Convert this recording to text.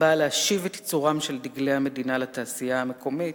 באה להשיב את ייצורם של דגלי המדינה לתעשייה המקומית,